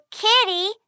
kitty